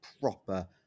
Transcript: proper